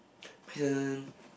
pain